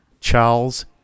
Charles